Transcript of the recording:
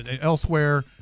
elsewhere